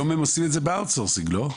היום הם עושים את זה באאוט סורסינג, לא?